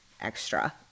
extra